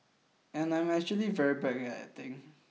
and I'm actually very bad at acting